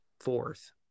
fourth